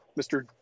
Mr